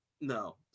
no